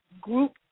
group